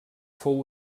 fou